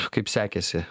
kaip sekėsi